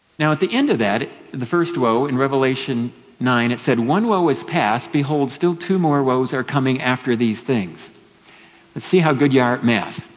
now at the end of that, in the first woe in revelation nine, it said, one woe is past. behold, still two more woes are coming after these things. let's see how good you are at math.